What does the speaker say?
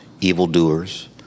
evildoers